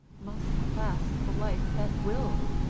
must clasp the life that willed,